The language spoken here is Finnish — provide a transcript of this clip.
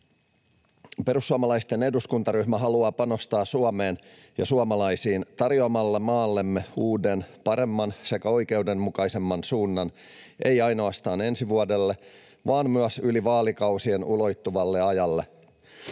Perussuomalaisten eduskuntaryhmä haluaa panostaa Suomeen ja suomalaisiin tarjoamalla maallemme uuden, paremman sekä oikeudenmukaisemman suunnan, ei ainoastaan ensi vuodelle vaan myös yli vaalikausien ulottuvalle ajalle.